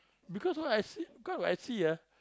because all I see cause I see ah